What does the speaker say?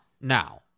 now